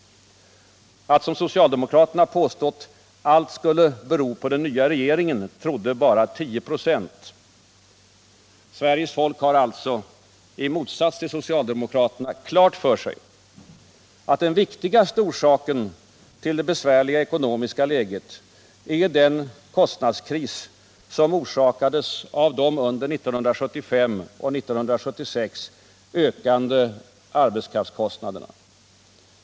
Att — som socialdemokraterna påstått — allt skulle bero på den nya regeringen, trodde bara 10 96. Sveriges folk har alltså — i motsats till socialdemokraterna — klart för sig att den viktigaste orsaken till det besvärliga ekonomiska läget är den kostnadskris som orsakades av de under 1975 och 1976 ökande arbetskraftskostnaderna.